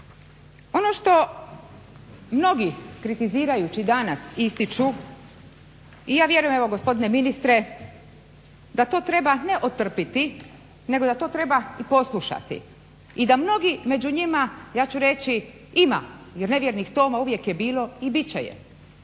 Ono što mnogi kritizirajući danas ističu, i ja vjerujem evo gospodine ministre da to treba ne otrpjeti nego da to treba i poslušati. I da mnogi među njima, ja ću reći ima jer nevjernih Toma uvijek je bilo i bit će.